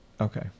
Okay